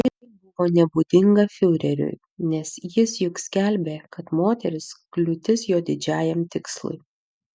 tai buvo nebūdinga fiureriui nes jis juk skelbė kad moterys kliūtis jo didžiajam tikslui